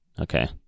Okay